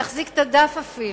להחזיק את הדף אפילו.